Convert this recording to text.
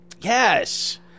Yes